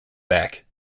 back